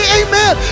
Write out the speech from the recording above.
amen